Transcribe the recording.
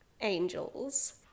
angels